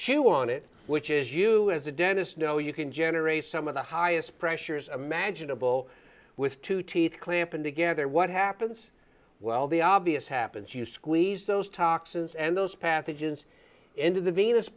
chew on it which as you as a dentist know you can generate some of the highest pressures imaginable with two teeth clamp and together what happens well the obvious happens you squeeze those toxins and those pathogens into the venous